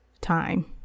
time